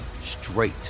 straight